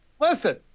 Listen